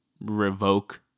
revoke